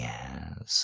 Yes